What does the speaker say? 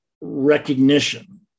recognition